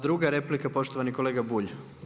Druga replika poštovani kolega Bulj.